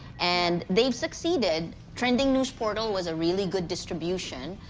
and they've succeeded. trending news portal was a really good distribution.